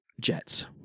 jets